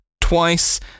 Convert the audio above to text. twice